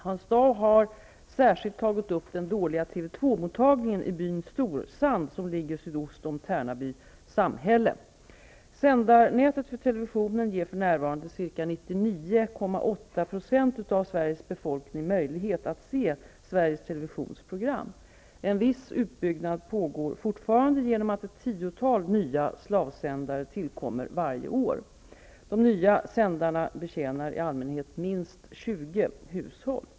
Hans Dau har särskilt tagit upp den dåliga TV 2 Sveriges Televisions program. En viss utbyggnad pågår fortfarande genom att ett tiotal nya slavsändare tillkommer varje år. De nya sändarna betjänar i allmänhet minst 20 hushåll.